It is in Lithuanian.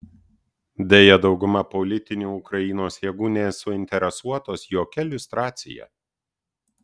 deja dauguma politinių ukrainos jėgų nesuinteresuotos jokia liustracija